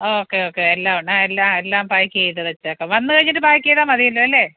okay okay എല്ലാമുണ്ട് ആ എല്ലാ എല്ലാം പാക്ക് ചെയ്ത് വെച്ചേക്കാം വന്നുകഴിഞ്ഞിട്ട് പാക്ക് ചെയ്താൽ മതിയല്ലോ അല്ലേ